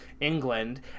England